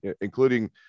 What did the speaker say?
including